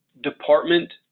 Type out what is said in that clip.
department